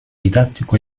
didattico